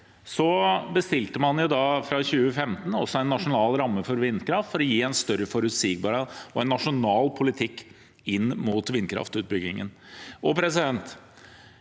bestilte man fra 2015 også en nasjonal ramme for vindkraft for å gi større forutsigbarhet og en nasjonal politikk inn mot vindkraftutbyggingen. Venstre